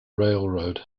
railroad